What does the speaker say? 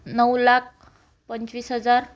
नऊ लाख पंचवीस हजार